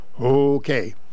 Okay